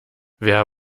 wer